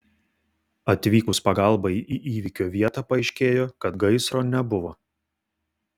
atvykus pagalbai į įvykio vietą paaiškėjo kad gaisro nebuvo